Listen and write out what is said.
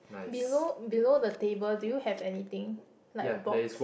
below below the table do you have anything like a box